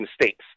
mistakes